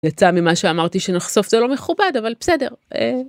יצא ממה שאמרתי שנחשוף זה לא מכובד אבל בסדר.